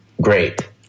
great